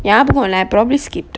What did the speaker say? ya but I'll probably skipped